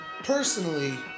Personally